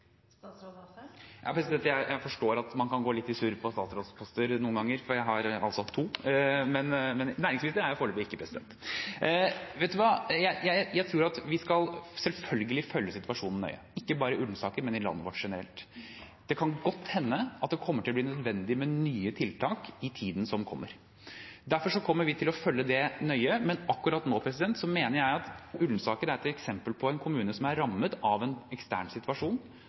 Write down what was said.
Jeg forstår at man kan gå litt i surr når det gjelder statsrådsposter noen ganger. Jeg har altså hatt to, men næringsminister er jeg foreløpig ikke. Jeg tror at vi selvfølgelig skal følge situasjonen nøye, ikke bare i Ullensaker, men i landet vårt generelt. Det kan godt hende at det kommer til å bli nødvendig med nye tiltak i tiden som kommer, derfor kommer vi til å følge det nøye. Men akkurat nå mener jeg at Ullensaker er eksempel på en kommune som er rammet av en ekstern situasjon,